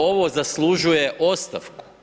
Ovo zaslužuje ostavku.